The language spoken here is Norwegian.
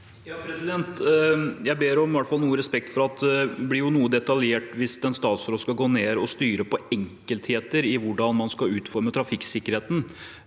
Jeg ber om i hvert fall noe respekt for at det blir noe detaljert hvis en statsråd skal gå ned og styre på enkeltheter i hvordan man skal utforme trafikksikkerheten.